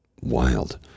wild